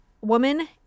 woman